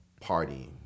partying